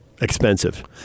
Expensive